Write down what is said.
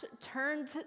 turned